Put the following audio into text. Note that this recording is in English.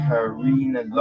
Karina